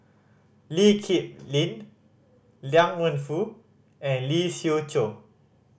Lee Kip Lin Liang Wenfu and Lee Siew Choh